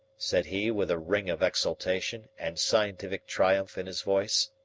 said he with a ring of exultation and scientific triumph in his voice.